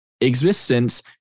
existence